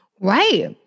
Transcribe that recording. Right